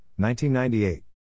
1998